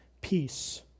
peace